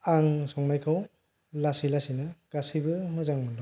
आं संनायखौ लासै लासैनो गासैबो मोजां मोनदोंमोन